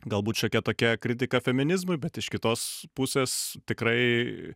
galbūt šiokia tokia kritika feminizmui bet iš kitos pusės tikrai